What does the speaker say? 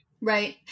right